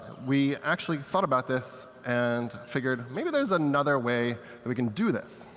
we actually thought about this, and figured, maybe there's another way that we can do this.